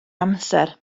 amser